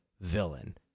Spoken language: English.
villain